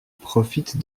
profite